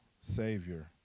savior